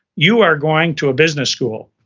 you are going to a business school.